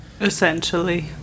essentially